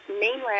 mainland